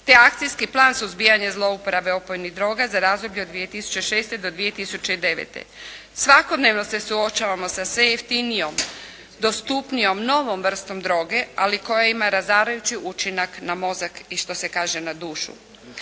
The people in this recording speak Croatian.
te Akcijski plan suzbijanja zlouporabe opojnih droga za razdoblje od 2006. do 2009. Svakodnevno se suočavamo sa sve jeftinijom, dostupnijom, novom vrstom droge ali koja ima razarajući učinak na mozak i što se kaže na dušu.